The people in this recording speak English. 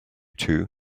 two